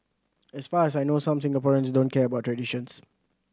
as far as I know some Singaporeans don't care about traditions